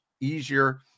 easier